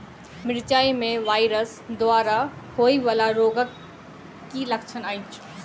मिरचाई मे वायरस द्वारा होइ वला रोगक की लक्षण अछि?